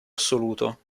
assoluto